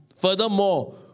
Furthermore